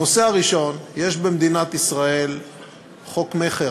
הנושא הראשון, יש במדינת ישראל חוק מכר.